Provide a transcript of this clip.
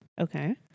Okay